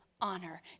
honor